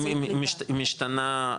היא משתנה,